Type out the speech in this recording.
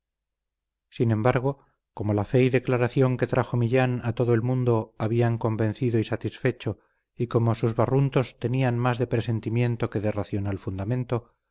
sin embargo como la fe y declaración que trajo millán a todo el mundo habían convencido y satisfecho y como sus barruntos más tenían de presentimiento que de racional fundamento